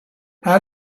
how